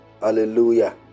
hallelujah